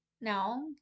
Now